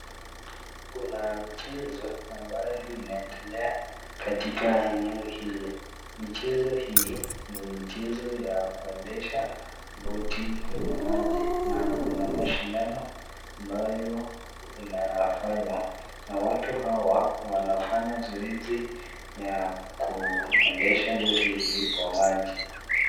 Kuna michezo ambayo inaendelea katika eneo hili, michezo hii ni michezo ya kuendesha boti kwenye maji na kuna mashindano ambayo inafanywa na watu hawa wanafanya zoezi ya kuendesha boti hii kwa maji.